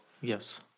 Yes